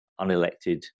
unelected